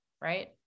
right